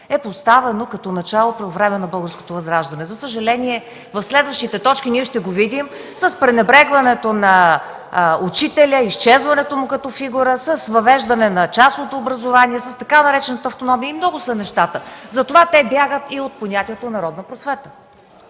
е поставено като начало по време на българското Възраждане. За съжаление в следващите точки ще го видим с пренебрегването на учителя, изчезването му като фигура, с въвеждане на частното образование, с така наречената автономия, много са нещата. Затова те бягат и от понятието „народна просвета”.